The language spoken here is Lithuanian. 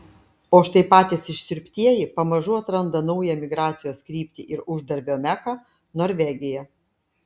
o štai patys išsiurbtieji pamažu atranda naują migracijos kryptį ir uždarbio meką norvegiją